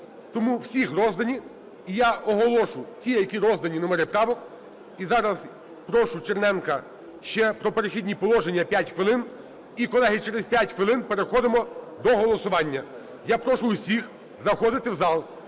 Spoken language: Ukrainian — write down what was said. Тому у всіх роздані, і я оголошу ті, які роздані номери правок. І зараз прошу Черненка ще про "Перехідні положення" – 5 хвилин. І, колеги, через 5 хвилин переходимо до голосування. Я прошу всіх заходити в зал.